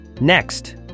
Next